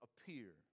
appear